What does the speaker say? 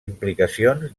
implicacions